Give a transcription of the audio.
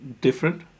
different